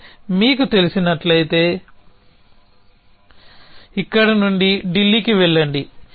అయితే మీకు తెలిసినట్లయితే ఇక్కడ నుండి ఢిల్లీకి వెళ్లండి